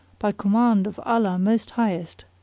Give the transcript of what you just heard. by command of allah most highest!